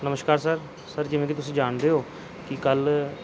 ਨਮਸਕਾਰ sir sir ਜਿਵੇਂ ਕਿ ਤੁਸੀਂ ਜਾਣਦੇ ਹੋ ਕਿ ਕੱਲ੍ਹ